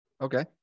Okay